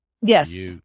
Yes